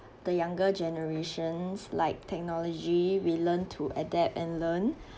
the younger generations like technology we learn to adapt and learn